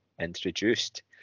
introduced